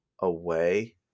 away